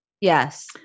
yes